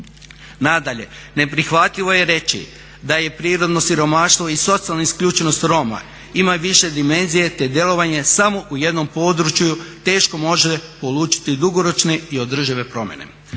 Nadalje, neprihvatljivo je reći da je prirodno siromaštvo i socijalna isključenost Roma ima više dimenzija te djelovanje samo u jednom području teško može polučiti dugoročne i održive promjene.